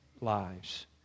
lives